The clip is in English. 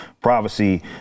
privacy